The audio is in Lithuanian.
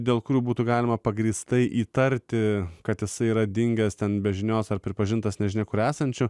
dėl kurių būtų galima pagrįstai įtarti kad jisai yra dingęs ten be žinios ar pripažintas nežinia kur esančiu